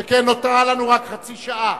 שכן נותרה לנו רק חצי שעה.